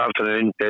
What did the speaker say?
afternoon